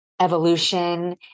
evolution